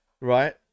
right